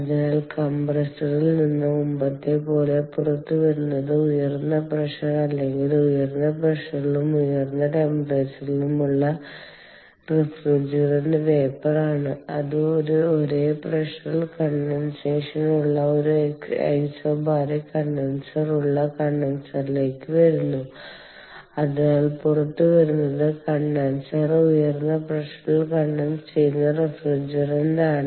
അതിനാൽ കംപ്രസറിൽ നിന്ന് മുമ്പത്തെപ്പോലെ പുറത്തുവരുന്നത് ഉയർന്ന പ്രഷർ അല്ലെങ്കിൽ ഉയർന്ന പ്രഷറിലും ഉയർന്ന ടെമ്പറേച്ചറിലും ഉള്ള റഫ്രിജറന്റ് വേപ്പർ ആണ് അത് ഒരേ പ്രഷറിൽ കണ്ടൻസേഷൻ ഉള്ള ഒരു ഐസോബാറിക് കണ്ടൻസറുള്ള കണ്ടൻസറിലേക്ക് വരുന്നു അതിനാൽ പുറത്തുവരുന്നത് കണ്ടൻസർ ഉയർന്ന പ്രഷറിൽ കണ്ടൻസ് ചെയ്ത റഫ്രിജറന്റാണ്